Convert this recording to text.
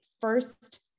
first